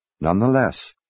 nonetheless